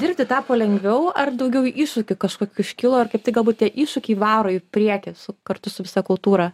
dirbti tapo lengviau ar daugiau iššūkių kažkokių iškilo ir kaip tik galbūt tie iššūkiai varo į priekį su kartu su visa kultūra